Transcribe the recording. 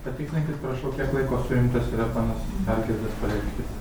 patikslinkit prašau kiek laiko suimtas yra ponas algirdas paleckis